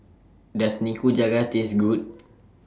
Does Nikujaga Taste Good